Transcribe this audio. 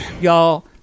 y'all